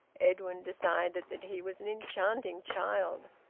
edwin decided that he was an enchanting child.